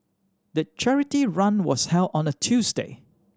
the charity run was held on a Tuesday